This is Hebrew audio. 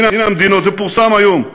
הנה המדינות, זה פורסם היום,